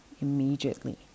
immediately